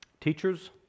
Teachers